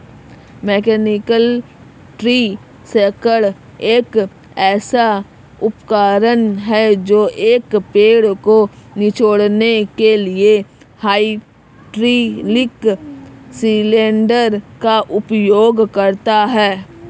mechanical tree shaker एक ऐसा उपकरण है जो एक पेड़ को निचोड़ने के लिए हाइड्रोलिक सिलेंडर का उपयोग करता है